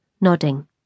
nodding